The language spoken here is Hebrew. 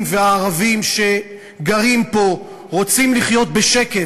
והערבים שגרים פה רוצים לחיות בשקט,